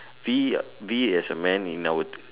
we we as a man in our